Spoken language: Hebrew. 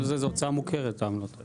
זו הוצאה מוכרת, העמלות האלה.